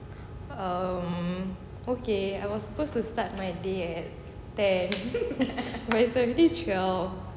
um okay I was suppose to start my day at ten but it's already twelve